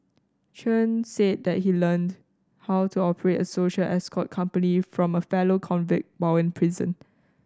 Chen said that he learned how to operate a social escort company from a fellow convict while in prison